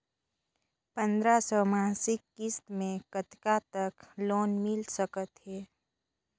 पंद्रह सौ मासिक किस्त मे कतका तक लोन मिल सकत हे?